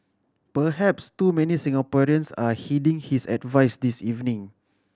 perhaps too many Singaporeans are heeding his advice this evening